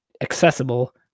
accessible